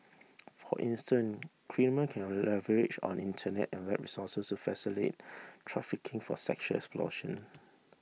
for instance criminal can leverage on Internet and web resources to facilitate trafficking for sexual exploitation